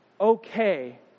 okay